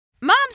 Moms